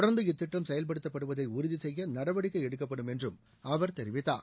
தொடர்ந்து இத்திட்டம் செயல்படுத்தப்படுவதை உறுதிசெய்ய நடவடிக்கை எடுக்கப்படும் என்றும் அவர் தெரிவித்ார்